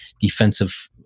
defensive